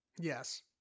Yes